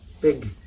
big